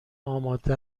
آماده